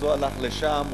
אז הוא הלך לשם,